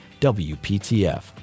WPTF